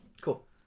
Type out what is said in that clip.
Cool